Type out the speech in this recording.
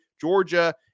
Georgia –